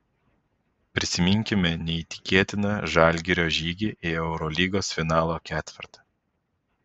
prisiminkime neįtikėtiną žalgirio žygį į eurolygos finalo ketvertą